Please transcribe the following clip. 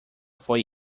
foi